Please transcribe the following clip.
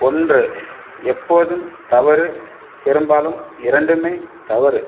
ஒன்று எப்போதும் தவறு பெரும்பாலும் இரண்டுமே தவறு